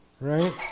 right